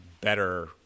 better